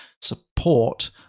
support